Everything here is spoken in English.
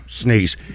sneeze